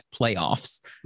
playoffs